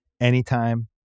Anytime